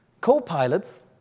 Co-pilots